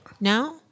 No